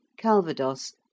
Calvados